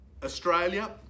Australia